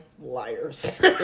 liars